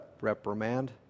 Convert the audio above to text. reprimand